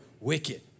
wicked